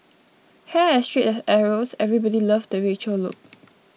hair as straight as arrows everybody loved the Rachel look